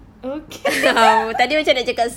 okay